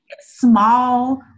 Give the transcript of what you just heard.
small